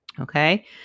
Okay